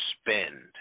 spend